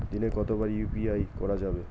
দিনে কতবার ইউ.পি.আই করা যাবে?